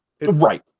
right